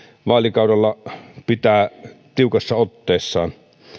vaalikaudella pitää tiukassa otteessaan